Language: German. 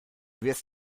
wirst